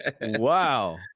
Wow